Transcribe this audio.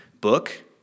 book